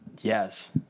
Yes